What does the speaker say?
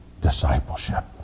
discipleship